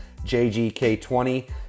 JGK20